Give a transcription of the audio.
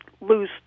lose